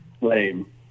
lame